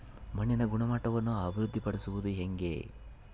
ಮಣ್ಣಿನ ಗುಣಮಟ್ಟವನ್ನು ಅಭಿವೃದ್ಧಿ ಪಡಿಸದು ಹೆಂಗೆ?